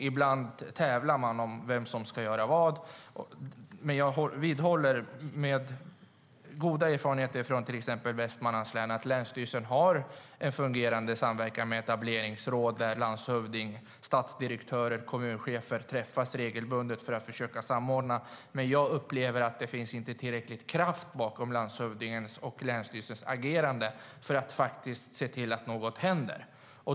Ibland tävlar man om vem som ska göra vad. Men jag vidhåller, med goda erfarenheter från till exempel Västmanlands län, att länsstyrelsen har en fungerande samverkan med etableringsråd där landshövding, stadsdirektörer och kommunchefer träffas regelbundet för att försöka samordna. Jag upplever dock att det inte finns tillräcklig kraft bakom landshövdingens och länsstyrelsens agerande för att se till att något faktiskt händer.